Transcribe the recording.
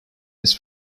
his